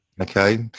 Okay